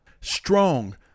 Strong